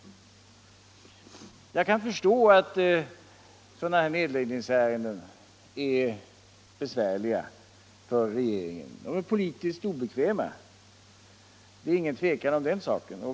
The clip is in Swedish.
Jag kan förstå att sådana här nedläggningsärenden är besvärliga för regeringen. De är politiskt obekväma. Det är ingen tvekan om den saken.